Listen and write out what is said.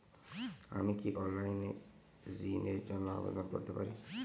আমি কি অনলাইন এ ঋণ র জন্য আবেদন করতে পারি?